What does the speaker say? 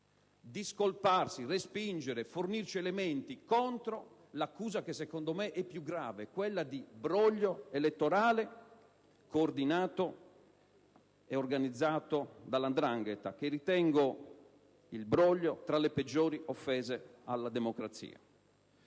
discolparsi, respingere e fornire elementi contro l'accusa a mio giudizio più grave: quella di broglio elettorale coordinato e organizzato dalla 'ndrangheta. Ritengo che il broglio sia tra le peggiori offese alla democrazia.